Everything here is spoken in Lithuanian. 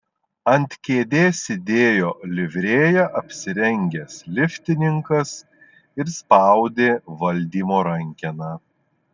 ant kėdės sėdėjo livrėja apsirengęs liftininkas ir spaudė valdymo rankeną